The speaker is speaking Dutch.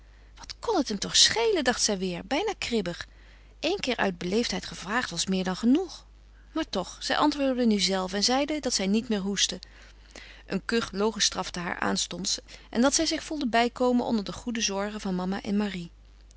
wat kon het hem toch schelen dacht zij weêr bijna kribbig één keer uit beleefdheid gevraagd was meer dan genoeg maar toch zij antwoordde nu zelve en zeide dat zij niet meer hoestte een kuch logenstrafte haar aanstonds en dat zij zich voelde bijkomen onder de goede zorgen van mama en marie